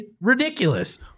ridiculous